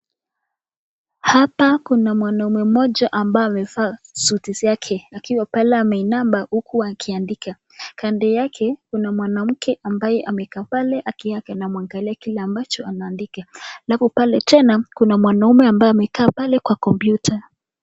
Hapa kuna mwanaume mmoja ambaye amevaa suti yake akiwa pale ameinama uku akiandika. Kando yake kuna mwanamke ambaye amekaa pale akiwa anamwangalia kile ambacho anaandika, alafu pale tena kuna mwanaume ambaye amekaa pale kwa kompyuta.